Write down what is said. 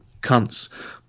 cunts